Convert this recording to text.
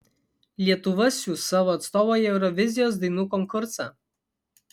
lietuva siųs savo atstovą į eurovizijos dainų konkursą